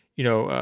you know,